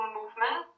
movement